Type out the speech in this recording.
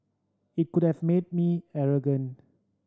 it could have made me arrogant